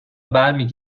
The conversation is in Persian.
برمی